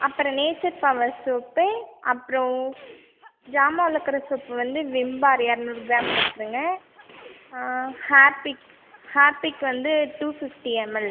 அப்புறம் nature power soap அப்புறம் ஜாமான் விளக்குற சோப்பு வந்து விம் பார் இரநூறு கிராம் கொடுத்துருங்க ஹார்பிக் ஹார்பிக் வந்து டூ ஃபிஃப்டி எம்எல்